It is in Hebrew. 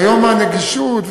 היום הנגישות,